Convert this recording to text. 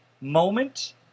moment